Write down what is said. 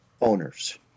owners